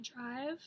drive